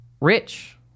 rich